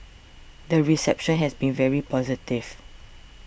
the reception has been very positive